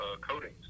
coatings